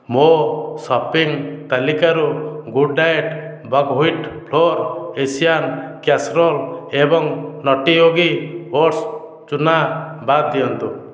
ମୋ ସପିଂ ତାଲିକାରୁ good diet buckwheat flour Asian casserole ଏବଂ ନଟି ୟୋଗୀ ଓଟ୍ସ୍ ଚୁନା ବାଦ୍ ଦିଅନ୍ତୁ